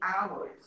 hours